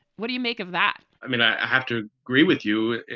what do you make of that? i mean, i have to agree with you.